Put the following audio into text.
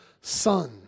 son